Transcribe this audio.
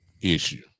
issue